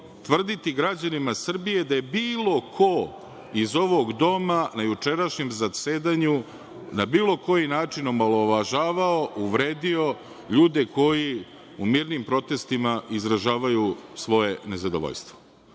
tvrditi građanima Srbije da je bilo ko iz ovog Doma na jučerašnjem zasedanju na bilo koji način omalovažavao, uvredio ljude koji u mirnim protestima izražavaju svoje nezadovoljstvo. Autoprojekcije